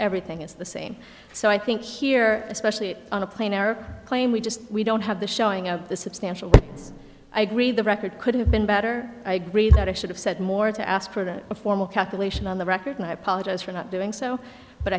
everything is the same so i think here especially on a plane or claim we just we don't have the showing of the substantial i agree the record could have been better i agree that i should have said more to ask for a formal calculation on the record and i apologize for not doing so but